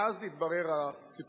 ואז התברר הסיפור.